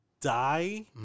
die